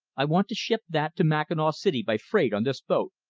i want to ship that to mackinaw city by freight on this boat.